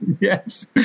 Yes